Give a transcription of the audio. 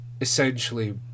essentially